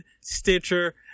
stitcher